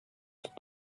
sont